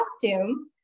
costume